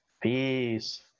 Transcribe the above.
Peace